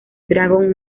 dragon